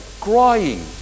crying